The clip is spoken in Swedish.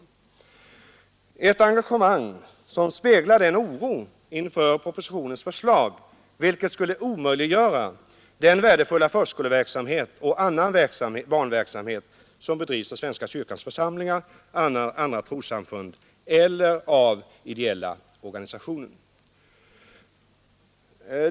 Det är ett engagemang som speglar oron inför propositionens förslag, vilket skulle omöjliggöra den värdefulla förskoleverksamhet och annan barnverksamhet som bedrivs av svenska kyrkans församlingar, av andra trossamfund och av ideella organisationer.